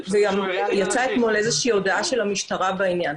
גם יצאה אתמול הודעה של המשטרה בעניין.